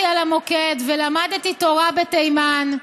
על המוקד, ולמדתי תורה בתימן,